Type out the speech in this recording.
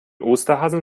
osterhasen